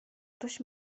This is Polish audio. ktoś